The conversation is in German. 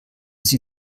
sie